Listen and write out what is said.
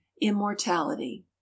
immortality